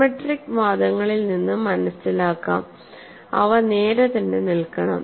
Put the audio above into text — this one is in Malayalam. സിമെട്രിക് വാദങ്ങളിൽ നിന്ന്മനസിലാക്കാം അവ നേരെ തന്നെ നിൽക്കണം